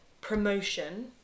promotion